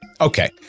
okay